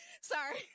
Sorry